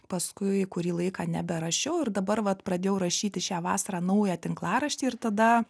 paskui kurį laiką neberašiau ir dabar vat pradėjau rašyti šią vasarą naują tinklaraštį ir tada